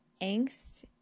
angst